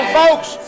folks